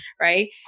right